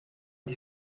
die